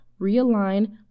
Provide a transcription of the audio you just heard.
realign